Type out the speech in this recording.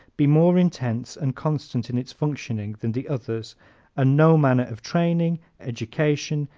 be more intense and constant in its functioning than the others and no manner of training, education,